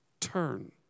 turn